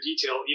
detail